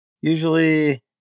usually